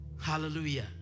Hallelujah